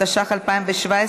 התשע"ח 2017,